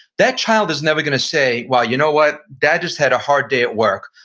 that child is never going to say, well you know what, dad just had a hard day at work,